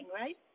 right